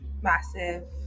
massive